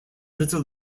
little